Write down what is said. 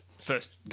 first